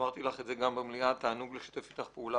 אמרתי את זה גם המליאה תענוג לשתף איתך פעולה,